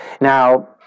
Now